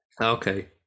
Okay